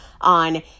on